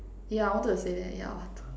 yeah I wanted to say that yeah water